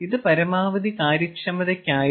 ഇത് പരമാവധി കാര്യക്ഷമതയ്ക്കായിരുന്നു